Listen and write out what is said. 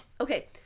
Okay